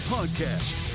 Podcast